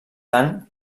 tant